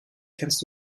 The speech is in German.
kennst